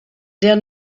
der